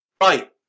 Right